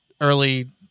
early